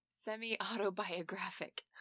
Semi-autobiographic